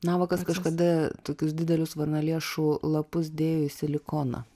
navakas kažkada tokius didelius varnalėšų lapus dėjo į silikoną